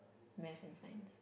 Math and Science